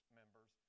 members